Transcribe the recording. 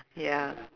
ya